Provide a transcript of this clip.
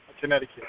Connecticut